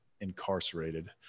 incarcerated